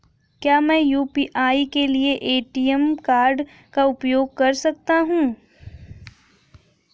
क्या मैं यू.पी.आई के लिए ए.टी.एम कार्ड का उपयोग कर सकता हूँ?